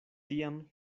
tiam